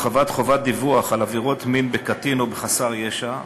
הרחבת חובות הדיווח על עבירות מין בקטין או בחסר ישע),